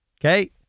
Okay